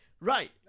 right